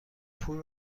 پول